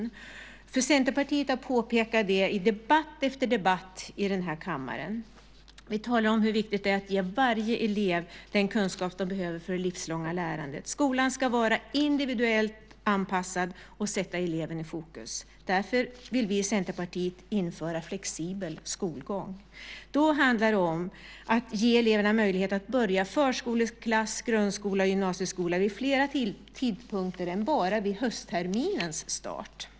Detta har Centerpartiet påpekat i debatt efter debatt i denna kammare. Vi talar om hur viktigt det är att ge varje elev den kunskap den behöver för det livslånga lärandet. Skolan ska vara individuellt anpassad och sätta eleven i fokus. Därför vill vi i Centerpartiet införa flexibel skolgång. Då handlar det om att ge elever möjlighet att börja förskoleklass, grundskola och gymnasieskola vid fler tidpunkter än bara vid höstterminens start.